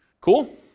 Cool